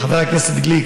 חבר הכנסת גליק,